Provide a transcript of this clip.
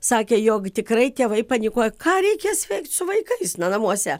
sakė jog tikrai tėvai panikuoja ką reikės veikt su vaikais na namuose